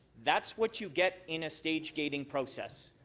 that's what you get in a stage gating process,